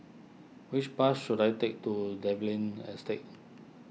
which bus should I take to Dalvey Lane Estate